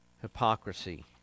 hypocrisy